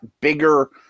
bigger